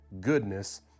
goodness